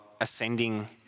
ascending